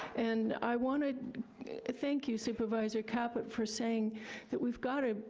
and i wanna thank you, supervisor caput, for saying that we've gotta,